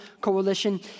Coalition